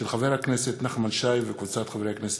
של חבר הכנסת נחמן שי וקבוצת חברי הכנסת.